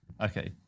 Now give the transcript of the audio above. Okay